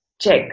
check